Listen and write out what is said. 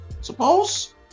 Suppose